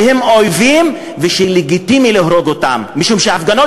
שהם אויבים ושלגיטימי להרוג אותם משום שההפגנות